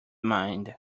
mind